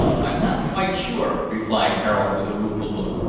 i'm not quite sure, replied harold, with a rueful look,